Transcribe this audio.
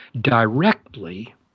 directly